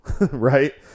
right